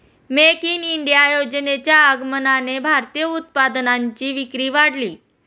make in India योजनेच्या आगमनाने भारतीय उत्पादनांची विक्री वाढली